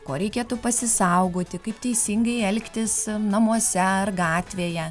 ko reikėtų pasisaugoti kaip teisingai elgtis namuose ar gatvėje